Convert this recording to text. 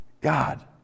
God